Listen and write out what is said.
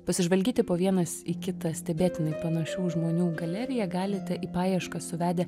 pasižvalgyti po vienas į kitą stebėtinai panašių žmonių galeriją galite į paiešką suvedę